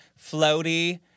floaty